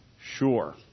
sure